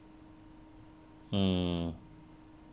mm